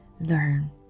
Learn